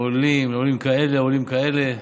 לעולים, לעולים כאלה, לעולים כאלה.